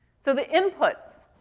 so the inputs.